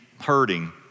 hurting